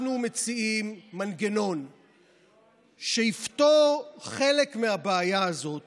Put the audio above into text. אנחנו מציעים מנגנון שיפתור חלק מהבעיה הזאת